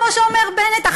כמו שאומר בנט,